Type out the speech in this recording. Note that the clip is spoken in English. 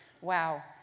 Wow